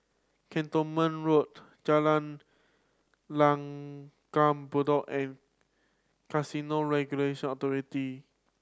Cantonment Road Jalan Langgar Bedok and Casino Regulation Authority